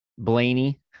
Blaney